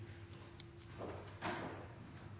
takk